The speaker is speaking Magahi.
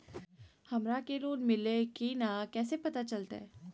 हमरा के लोन मिल्ले की न कैसे पता चलते?